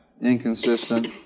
Inconsistent